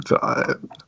time